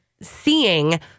seeing